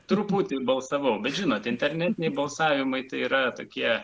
truputį balsavau bet žinot internetiniai balsavimai tai yra tokie